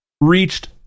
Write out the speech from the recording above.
reached